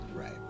Right